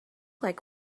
like